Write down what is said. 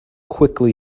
quickly